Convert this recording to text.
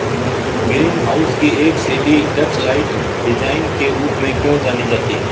Green house की एक शैली डचलाइट डिजाइन के रूप में क्यों जानी जाती है?